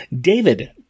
David